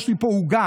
יש לי פה עוגה,